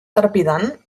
trepidant